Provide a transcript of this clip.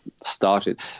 started